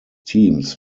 teams